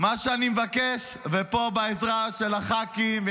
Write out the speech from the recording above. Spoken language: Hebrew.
מה שאני מבקש, ופה, בעזרה של הח"כים,